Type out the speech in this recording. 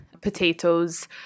potatoes